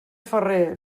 ferrer